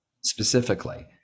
specifically